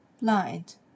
blind